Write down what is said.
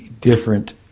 different